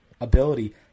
ability